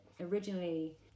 originally